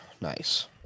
Nice